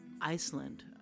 Iceland